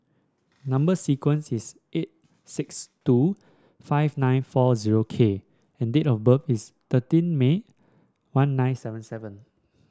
number sequence is eight six two five nine four zero K and date of birth is thirteen May one nine seven seven